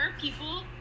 people